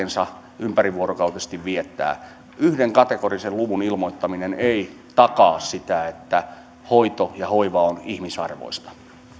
sen arkensa ympärivuorokautisesti viettävät yhden kategorisen luvun ilmoittaminen ei takaa sitä että hoito ja hoiva ovat ihmisarvoisia